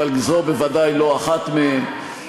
אבל זו בוודאי לא אחת מהן.